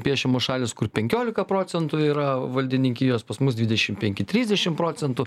piešiamos šalys kur penkiolika procentų yra valdininkijos pas mus dvidešim penki trisdešim procentų